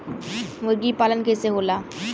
मुर्गी पालन कैसे होला?